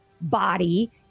body